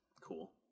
Cool